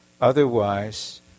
Otherwise